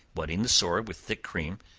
wetting the sore with thick cream,